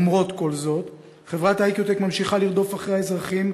למרות כל זאת חברת "אי.קיו.טק" ממשיכה לרדוף אחרי האזרחים,